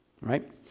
Right